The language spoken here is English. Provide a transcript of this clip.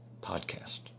podcast